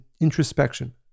introspection